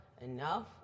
enough